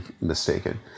mistaken